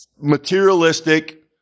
materialistic